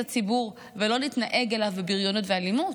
הציבור ולא להתנהג אליו בבריונות ואלימות.